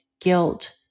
guilt